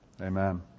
amen